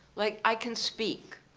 like, i can speak,